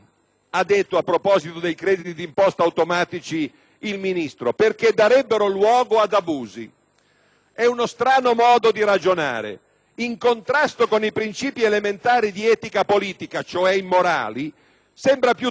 È uno strano modo di ragionare: in contrasto con i principi elementari di etica politica, cioè immorale, sembra piuttosto uno Stato che penalizza tutti gli onesti perché non sa individuare e colpire per tempo i farabutti.